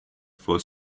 for